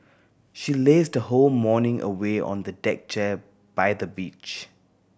she lazed the whole morning away on the deck chair by the beach